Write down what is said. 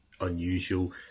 unusual